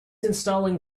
installing